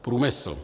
Průmysl.